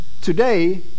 today